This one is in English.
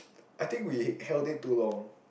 I think we held it too long